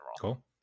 Cool